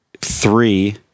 three